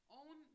own